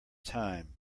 time